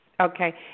Okay